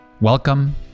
Welcome